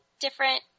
different